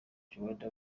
george